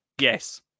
Yes